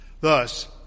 Thus